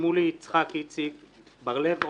שמולי יצחק איציק, בר-לב עמר,